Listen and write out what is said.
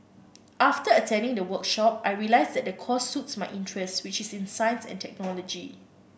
after attending the workshop I realised that the course suits my interest which is in science and technology